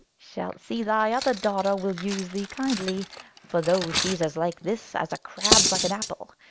shalt see thy other daughter will use thee kindly for though she's as like this as a crab's like an apple,